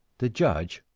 the judge,